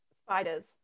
Spiders